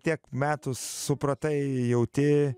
tiek metų supratai jauti